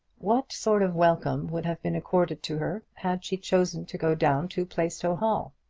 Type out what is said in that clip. what sort of welcome would have been accorded to her had she chosen to go down to plaistow hall?